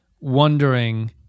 wondering